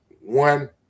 one